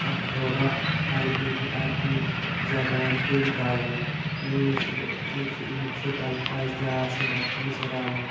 تھوڑا عَربی ہُنٛد عَربی زَبان تہِ رَلہٕ اِنگلِش اِنگلِشِک اَلفاظ تہِ آسان اَتھ منٛز رَلہٕ